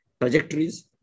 trajectories